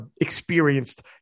experienced